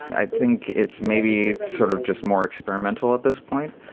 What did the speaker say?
i think it's maybe sort of just more experimental at this point,